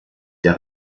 der